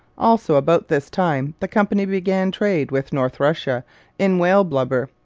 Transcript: also, about this time, the company began trade with north russia in whale blubber,